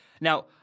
Now